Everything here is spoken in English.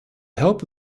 hope